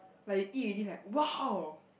like you eat already like !wow!